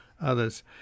others